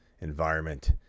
environment